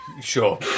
Sure